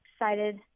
excited